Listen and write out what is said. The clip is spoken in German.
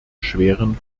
schweren